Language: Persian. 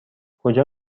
کجا